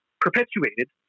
perpetuated